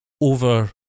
over